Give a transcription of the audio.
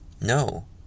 No